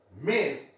men